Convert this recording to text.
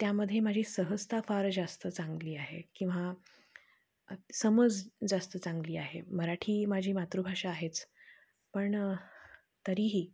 त्यामध्ये माझी सहजता फार जास्त चांगली आहे किंवा समज जास्त चांगली आहे मराठी माझी मातृभाषा आहेच पण तरीही